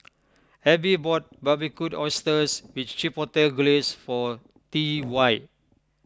Ebbie bought Barbecued Oysters with Chipotle Glaze for T Y